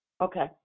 Okay